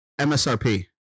MSRP